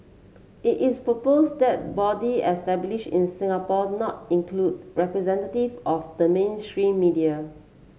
it is proposed that body established in Singapore not include representative of the mainstream media